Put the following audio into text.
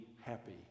happy